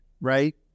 right